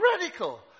Radical